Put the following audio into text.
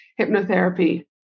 hypnotherapy